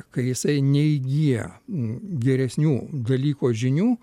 kai jisai neįgyja geresnių dalyko žinių